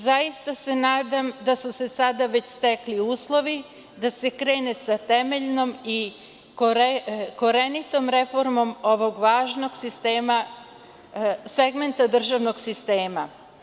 Zaista se nadam da su se sada već stekli uslovi da se krene sa temeljnom i korenitom reformom ovog važnog segmenta državnog sistema.